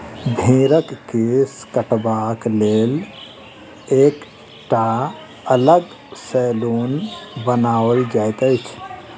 भेंड़क केश काटबाक लेल एकटा अलग सैलून बनाओल जाइत अछि